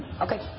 Okay